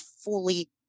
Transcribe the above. fully